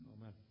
Amen